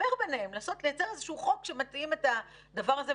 לחבר ביניהם, ייצר איזשהו חוק שמתאים את הדבר הזה.